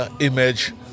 image